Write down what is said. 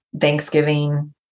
Thanksgiving